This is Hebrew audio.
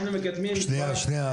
אנחנו מקדמים --- שנייה,